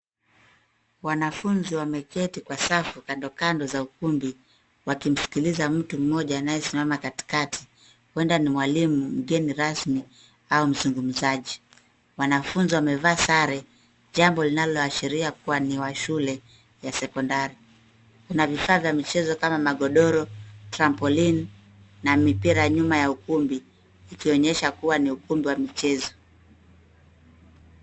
Wanafunzi wameketi kwa safu kandokando za ukumbi, wakimsikiliza mtu mmoja anayesimama katikati, huenda ni mwalimu mgeni rasmi, au mzungumzaji. Wanafunzi wamevaa sare, jambo linaloashiria kuwa ni wa shule ya sekondari. Kuna vifaa vya michezo kama magodoro, trampoline, na mipira nyuma ya ukumbi, ikionyesha kuwa ni ukumbi wa michezo.